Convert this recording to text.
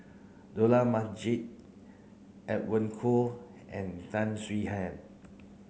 Dollah Majid Edwin Koo and Tan Swie Hian